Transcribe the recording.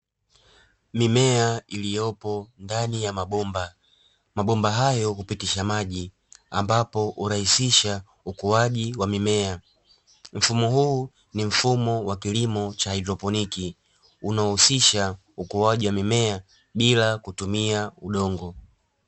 Mimea iliyopo ndani ya mabomba, mabomba hayo hupitisha maji ambapo hurahisisha ukuaji wa mimea. Mfumo huu ni mfumo wa kilimo cha haidroponi unaohusisha ukuaji wa mimea bila kutumia udongo.